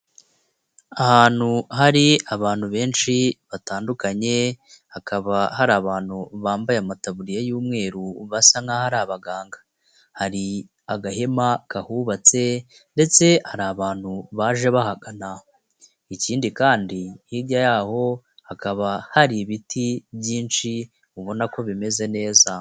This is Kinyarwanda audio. Ahantu hari abantu benshi batandukanye, hakaba hari abantu bambaye amataburiya y'umweru basa nk'aho ari abaganga. Hari agahema kahubatse ndetse hari abantu baje bahagana, ikindi kandi hirya yaho hakaba hari ibiti byinshi ubona ko bimeze neza.